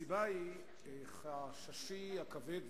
הסיבה היתה חששי הכבד,